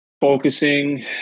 focusing